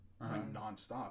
nonstop